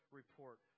report